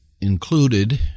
included